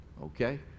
okay